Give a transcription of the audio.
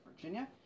Virginia